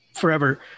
forever